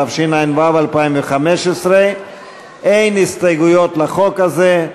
התשע"ו 2015. אין הסתייגויות לחוק הזה,